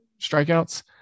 strikeouts